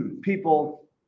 people